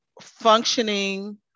functioning